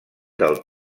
del